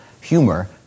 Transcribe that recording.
humor